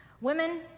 Women